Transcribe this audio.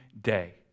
day